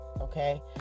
Okay